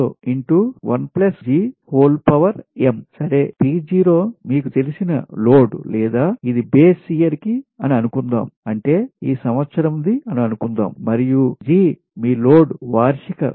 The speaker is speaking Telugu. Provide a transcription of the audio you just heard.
P0 మీకు తెలిసిన లోడ్ లేదా ఇది బేస్ ఇయర్ కి అని అనుకుందాం అంటే ఈ సంవత్సరం ది అనుకుందాం మరియు g మీ లోడ్ వార్షిక